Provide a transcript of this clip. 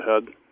ahead